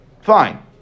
fine